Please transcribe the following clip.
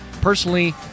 Personally